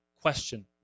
question